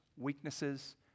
weaknesses